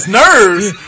nerves